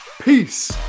peace